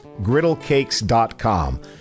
griddlecakes.com